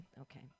Okay